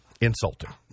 insulting